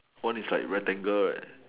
one is like rectangle right